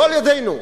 לא על-ידינו,